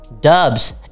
Dubs